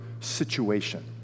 situation